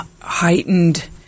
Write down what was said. heightened